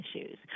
issues